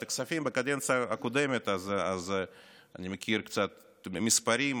הכספים בקדנציה הקודמת אני מכיר קצת מספרים,